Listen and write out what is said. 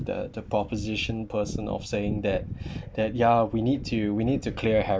the the proposition person of saying that that ya we need to we need to clear